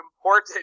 important